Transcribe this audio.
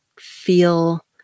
feel